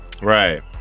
Right